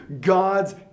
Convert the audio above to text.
God's